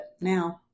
now